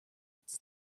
its